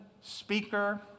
speaker